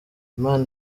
imana